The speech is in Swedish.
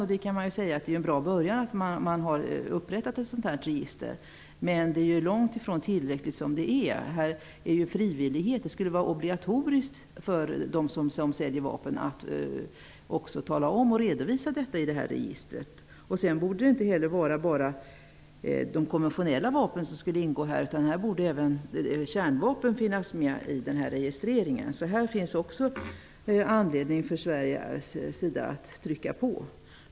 Man kan visserligen säga att det är en bra början att ett sådant register är upprättat, men det är långt ifrån tillräckligt såsom det fungerar. Här handlar det om frivillighet. Det skulle vara obligatoriskt för dem som säljer vapen att också redovisa detta i registret. Det borde inte heller bara vara de konventionella vapnen som ingick, utan även kärnvapnen borde finnas med i registreringen. Det finns här anledning att från Sveriges sida trycka på.